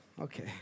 Okay